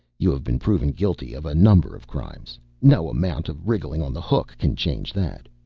you have been proven guilty of a number of crimes. no amount of wriggling on the hook can change that.